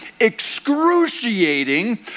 excruciating